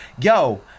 yo